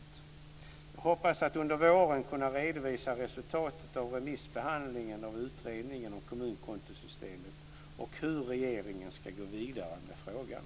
Jag hoppas att under våren kunna redovisa resultatet av remissbehandlingen av utredningen om kommunkontosystemet och hur regeringen ska gå vidare med frågan.